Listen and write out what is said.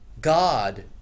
God